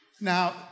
Now